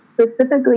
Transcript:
specifically